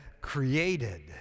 created